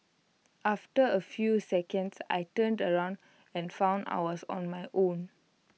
after A few seconds I turned around and found I was on my own